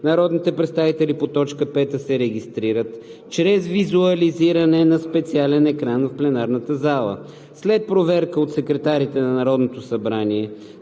народните представители по т. 5 се регистрират чрез визуализиране на специален екран в пленарна зала. След проверка от секретарите на Народното събрание